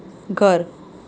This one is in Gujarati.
ઘર